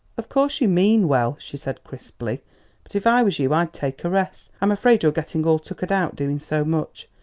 of course you mean well, she said crisply but if i was you i'd take a rest i'm afraid you're getting all tuckered out doing so much.